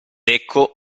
ecco